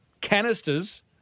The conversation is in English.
canisters